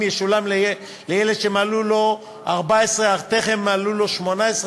ישולם לילד שמלאו לו 14 אך טרם מלאו לו 18,